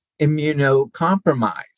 immunocompromised